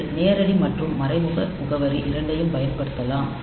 நீங்கள் நேரடி மற்றும் மறைமுக முகவரி இரண்டையும் பயன்படுத்தலாம்